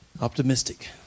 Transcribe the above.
Optimistic